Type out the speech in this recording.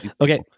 Okay